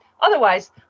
otherwise